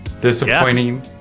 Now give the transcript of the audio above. Disappointing